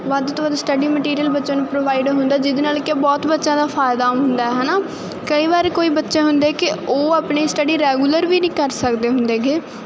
ਵੱਧ ਤੋਂ ਵੱਧ ਸਟਡੀ ਮਟੀਰੀਅਲ ਬੱਚਿਆਂ ਨੂੰ ਪ੍ਰੋਵਾਈਡ ਹੁੰਦਾ ਜਿਹਦੇ ਨਾਲ ਕਿ ਉਹ ਬਹੁਤ ਬੱਚਿਆਂ ਦਾ ਫਾਇਦਾ ਹੁੰਦਾ ਹੈ ਨਾ ਕਈ ਵਾਰ ਕੋਈ ਬੱਚਾ ਹੁੰਦਾ ਕਿ ਉਹ ਆਪਣੀ ਸਟਡੀ ਰੈਗੂਲਰ ਵੀ ਨਹੀਂ ਕਰ ਸਕਦੇ ਹੁੰਦੇ ਗੇ